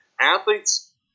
Athletes